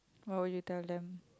what will you tell them